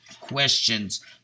questions